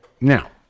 now